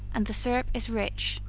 and the syrup is rich.